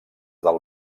del